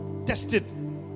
tested